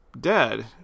dead